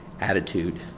attitude